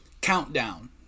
countdown